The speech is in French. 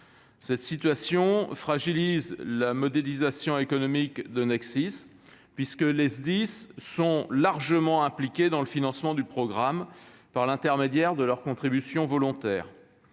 Cette situation fragilise le modèle économique de NexSIS, puisque les Sdis sont largement impliqués dans le financement du programme par l'intermédiaire de leurs contributions volontaires.